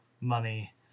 money